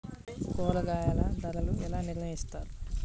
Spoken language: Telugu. కూరగాయల ధరలు ఎలా నిర్ణయిస్తారు?